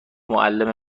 معلم